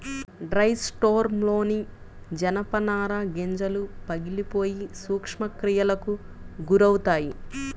dry స్టోర్రూమ్లోని జనపనార గింజలు పగిలిపోయి సూక్ష్మక్రిములకు గురవుతాయి